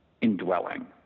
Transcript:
indwelling